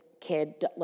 kid